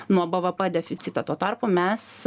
nuo bvp deficitą tuo tarpu mes